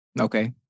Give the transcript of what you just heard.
okay